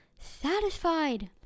satisfied